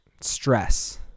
stress